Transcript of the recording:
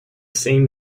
same